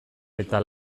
eta